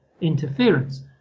interference